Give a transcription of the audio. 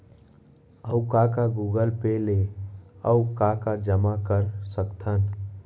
अऊ का का गूगल पे ले अऊ का का जामा कर सकथन?